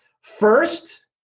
First